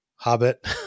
hobbit